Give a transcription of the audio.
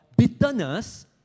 bitterness